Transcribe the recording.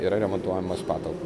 yra remontuojamos patal